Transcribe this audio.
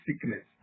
sickness